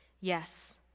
Yes